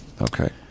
Okay